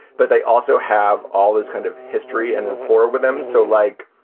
but they also have all this kind of history and rapport with them. so like,